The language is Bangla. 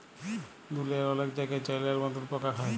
দুঁলিয়ার অলেক জায়গাই চাইলার মতল পকা খায়